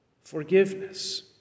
forgiveness